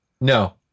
no